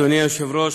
אדוני היושב-ראש,